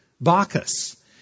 Bacchus